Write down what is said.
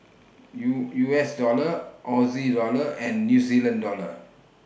U U S Dollar Au Dollar and New Zeland Dollar